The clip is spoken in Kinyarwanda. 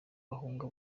bahunga